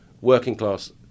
working-class